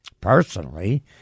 Personally